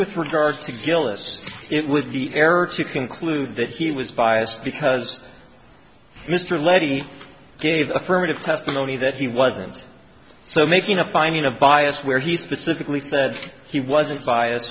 with regard to gillis it would be error to conclude that he was biased because mr levy gave affirmative testimony that he wasn't so making a finding of bias where he specifically said he wasn't b